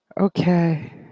Okay